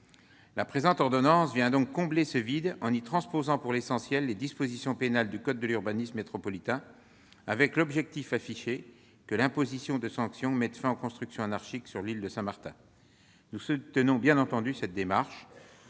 La présente ordonnance vient combler ce vide en y transposant pour l'essentiel les dispositions pénales du code de l'urbanisme métropolitain, avec l'objectif affiché que l'imposition de sanctions mette fin aux constructions anarchiques sur l'île de Saint-Martin. Nous soutenons bien évidemment cette démarche.